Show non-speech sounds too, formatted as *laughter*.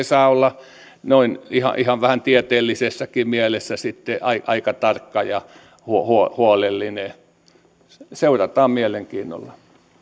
*unintelligible* saa olla vähän ihan tieteellisessäkin mielessä aika tarkka ja huolellinen seurataan mielenkiinnolla